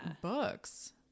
books